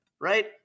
right